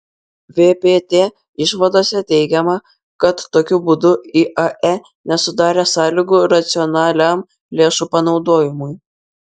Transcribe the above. vpt išvadose teigiama kad tokiu būdu iae nesudarė sąlygų racionaliam lėšų panaudojimui